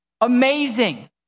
Amazing